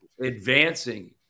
advancing